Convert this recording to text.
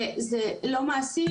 וזה לא מעשי,